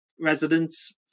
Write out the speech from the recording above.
residents